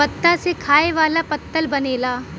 पत्ता से खाए वाला पत्तल बनेला